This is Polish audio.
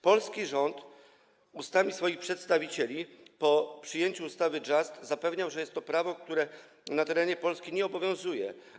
Polski rząd, ustami swoich przedstawicieli, po przyjęciu ustawy JUST zapewniał, że jest to prawo, które na terenie Polski nie obowiązuje.